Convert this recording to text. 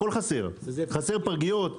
פרגיות.